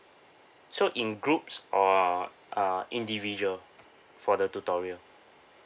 so in groups or uh individual for the tutorial